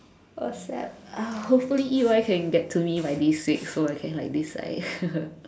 accept hopefully E_Y can get to me like this week so I can like decide